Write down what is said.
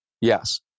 Yes